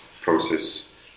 process